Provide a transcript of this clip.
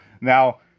Now